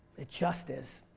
it just is.